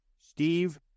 Steve